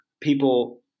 people